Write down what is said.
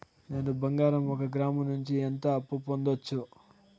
నేను బంగారం ఒక గ్రాము నుంచి ఎంత అప్పు పొందొచ్చు